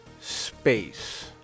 space